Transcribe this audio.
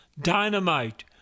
dynamite